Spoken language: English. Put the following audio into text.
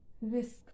risk